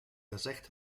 gezegd